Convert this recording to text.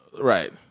right